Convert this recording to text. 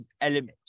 element